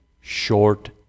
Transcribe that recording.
short